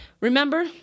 remember